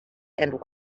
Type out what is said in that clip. and